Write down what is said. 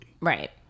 Right